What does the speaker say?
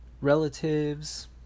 Relatives